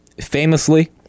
Famously